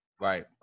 right